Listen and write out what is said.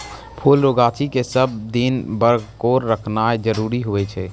फुल रो गाछी के सब दिन बरकोर रखनाय जरूरी हुवै छै